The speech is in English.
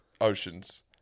oceans